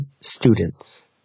students